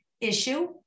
issue